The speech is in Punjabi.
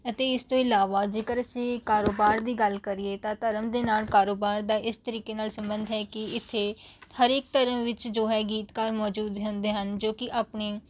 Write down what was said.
ਅਤੇ ਇਸ ਤੋਂ ਇਲਾਵਾ ਜੇਕਰ ਅਸੀਂ ਕਾਰੋਬਾਰ ਦੀ ਗੱਲ ਕਰੀਏ ਤਾਂ ਧਰਮ ਦੇ ਨਾਲ ਕਾਰੋਬਾਰ ਦਾ ਇਸ ਤਰੀਕੇ ਨਾਲ ਸੰਬੰਧ ਹੈ ਕਿ ਇੱਥੇ ਹਰ ਇੱਕ ਧਰਮ ਵਿੱਚ ਜੋ ਹੈ ਗੀਤਕਾਰ ਮੌਜੂਦ ਹੁੰਦੇ ਹਨ ਜੋ ਕਿ ਆਪਣੀ